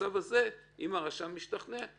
במצב הזה, אם הרשם משתכנע,